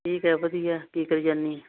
ਠੀਕ ਹੈ ਵਧੀਆ ਕੀ ਕਰੀ ਜਾਂਦੀ ਹੈ